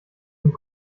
und